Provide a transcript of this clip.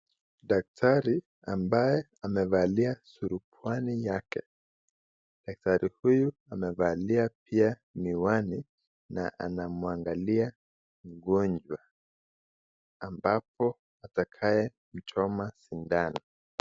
Daktari ambaye amevalia surubwani yake. Daktari huyu amevalia pia miwani na anamwangallia mgonjwa ambapo atakayemchoma sindano